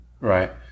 Right